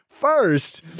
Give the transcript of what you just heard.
First